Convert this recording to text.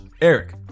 Eric